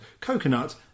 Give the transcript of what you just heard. coconut